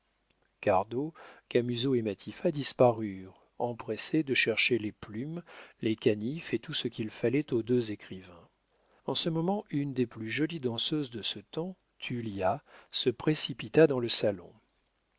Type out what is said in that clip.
s'habillent cardot camusot et matifat disparurent empressés de chercher les plumes les canifs et tout ce qu'il fallait aux deux écrivains en ce moment une des plus jolies danseuses de ce temps tullia se précipita dans le salon